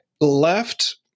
left